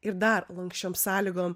ir dar lanksčiom sąlygom